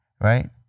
right